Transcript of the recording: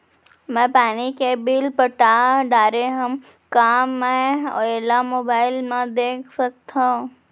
मैं पानी के बिल पटा डारे हव का मैं एला मोबाइल म देख सकथव?